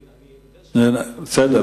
אני לא עורך-דין.